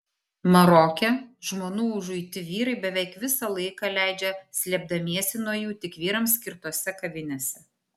maroke žmonų užuiti vyrai beveik visą laiką leidžia slėpdamiesi nuo jų tik vyrams skirtose kavinėse